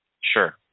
sure